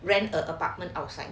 rent a apartment outside